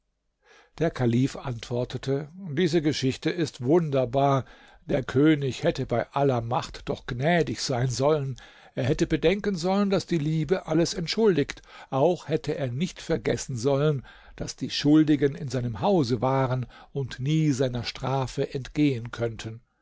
der kalif antwortete diese geschichte ist wunderbar der könig hätte bei aller macht doch gnädig sein sollen er hätte bedenken sollen daß die liebe alles entschuldigt auch hätte er nicht vergessen sollen daß die schuldigen in seinem hause waren und nie seiner strafe entgehen könnten